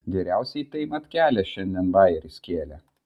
geriausiai tai matkelė šiandien bajerį skėlė